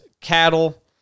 cattle